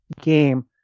game